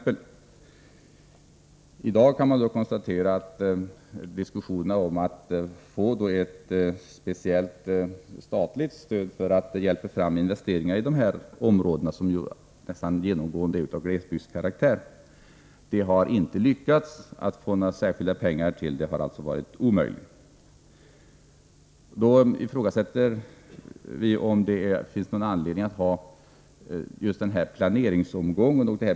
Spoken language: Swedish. I dag kan man konstatera att man inte har lyckats fullfölja ambitionerna att genom statligt stöd stimulera till investeringar i de här områdena, som ju nästan genomgående är av glesbygdskaraktär. Vi ifrågasätter därför om det finns någon anledning att ha kvar planeringsomgången.